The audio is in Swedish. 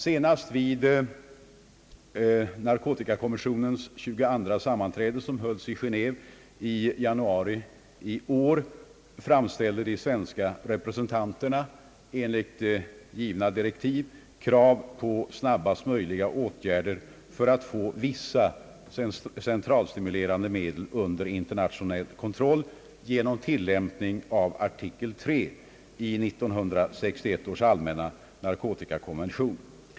Senast vid narkotikakommissionens 22:a sammanträde, som hölls i Genéve i januari i år, framställde de svenska representanterna, enligt givna direktiv, krav på snabbast möjliga åtgärder för att få vissa centralstimulerande medel under internationell kontroll genom tillämpning av artikel 3 i 1961 års allmänna narkotikakonvention.